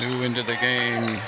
new into the game